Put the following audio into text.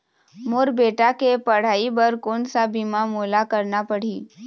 मोर बेटा के पढ़ई बर कोन सा बीमा मोला करना पढ़ही?